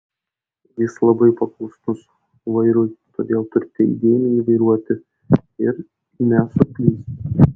jis labai paklusnus vairui todėl turite įdėmiai jį vairuoti ir nesuklysti